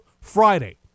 Friday